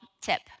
tip